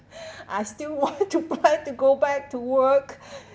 I still want to plan to go back to work